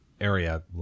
area